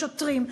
לשוטרים,